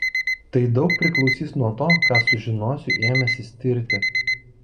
tai daug priklausys nuo to ką sužinosiu ėmęsis tirti